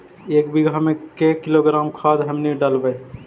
एक बीघा मे के किलोग्राम खाद हमनि डालबाय?